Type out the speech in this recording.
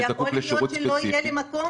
אבל יכול להיות שכבר לא יהיה לי מקום.